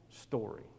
story